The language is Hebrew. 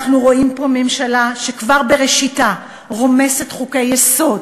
אנחנו רואים פה ממשלה שכבר בראשיתה רומסת חוקי-יסוד,